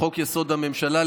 לחוק-יסוד: הממשלה,